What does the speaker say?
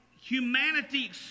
humanity